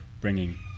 bringing